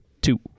two